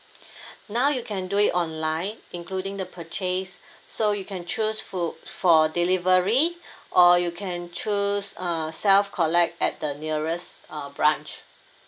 now you can do it online including the purchase so you can choose fo~ for delivery or you can choose uh self-collect at the nearest uh branch